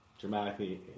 dramatically